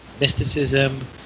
Mysticism